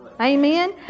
Amen